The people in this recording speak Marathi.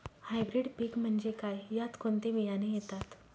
हायब्रीड पीक म्हणजे काय? यात कोणते बियाणे येतात?